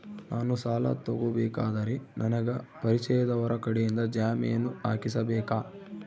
ನಾನು ಸಾಲ ತಗೋಬೇಕಾದರೆ ನನಗ ಪರಿಚಯದವರ ಕಡೆಯಿಂದ ಜಾಮೇನು ಹಾಕಿಸಬೇಕಾ?